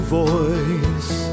voice